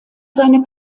seiner